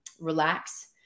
relax